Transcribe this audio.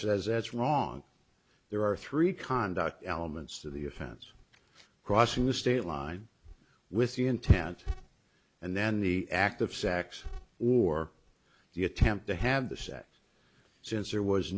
says it's wrong there are three conduct elements to the offense crossing the state line with the intent and then the act of sex or the attempt to have the sex since there was